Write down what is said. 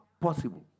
possible